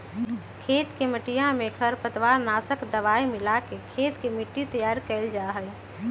खेत के मटिया में खरपतवार नाशक दवाई मिलाके खेत के मट्टी तैयार कइल जाहई